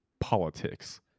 politics